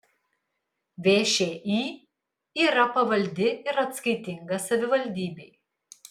všį yra pavaldi ir atskaitinga savivaldybei